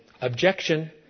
Objection